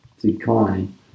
decline